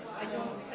i don't